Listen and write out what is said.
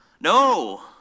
No